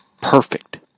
perfect